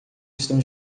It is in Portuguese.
estão